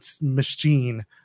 machine